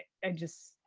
i just,